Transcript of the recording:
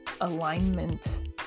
alignment